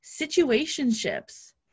situationships